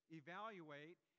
evaluate